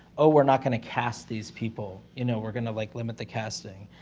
oh, we're not going to cast these people, you know, we're gonna, like, limit the casting.